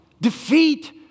defeat